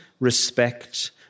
respect